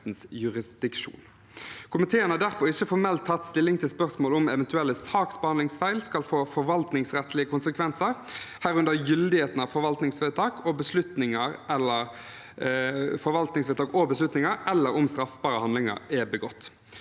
Komiteen har derfor ikke formelt tatt stilling til spørsmål om eventuelle saksbehandlingsfeil skal få forvaltningsrettslige konsekvenser, herunder gyldigheten av forvaltningsvedtak og beslutninger, eller om straffbare handlinger er begått.